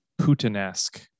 Putin-esque